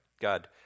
God